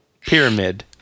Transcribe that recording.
Pyramid